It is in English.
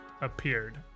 Appeared